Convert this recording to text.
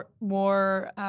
more